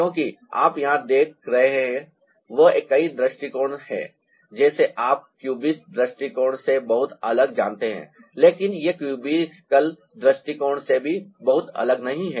क्योंकि आप यहां जो देख रहे हैं वह कई दृष्टिकोण है जैसे आप क्यूबिस्ट दृष्टिकोण से बहुत अलग जानते हैं लेकिन यह क्यूबिकल दृष्टिकोण से भी बहुत अलग नहीं है